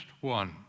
one